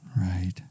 Right